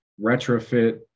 retrofit